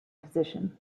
position